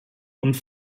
und